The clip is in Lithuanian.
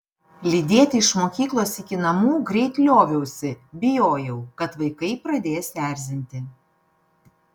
lydėti iš mokyklos iki namų greit lioviausi bijojau kad vaikai pradės erzinti